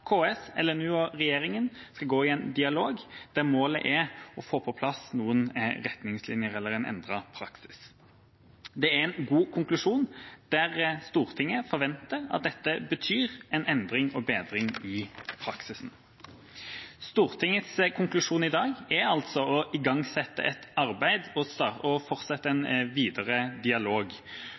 og regjeringa skal gå i en dialog der målet er å få på plass noen retningslinjer eller en endret praksis. Det er en god konklusjon, der Stortinget forventer at dette betyr en endring og bedring i praksisen. Stortingets konklusjon i dag er altså å igangsette et arbeid og fortsette en videre dialog.